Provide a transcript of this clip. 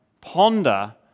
ponder